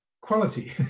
quality